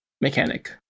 mechanic